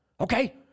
Okay